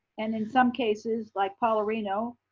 and in some cases like paularino,